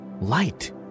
light